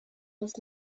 was